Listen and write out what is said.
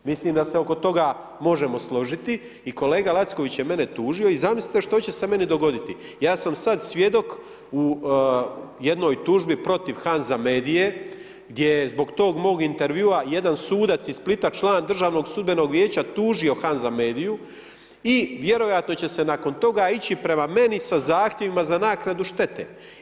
Mislim da se oko toga možemo složiti i kolega Lacković je mene tužio, i zamislite što će se meni dogoditi, ja sam sad svjedok u jednoj tužbi protiv Hanza Medie gdje je zbog tog mog intervjua jedan sudac iz Splita član DSV-a tužio Hanza Mediu i vjerojatno će se nakon toga ići prema meni sa zahtjevima za naknadu štete.